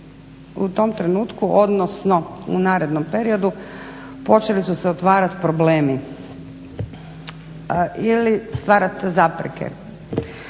u tom trenutku odnosno u narednom periodu počeli su se otvarati problemi ili stvarat zapreke.